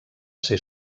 ser